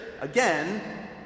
again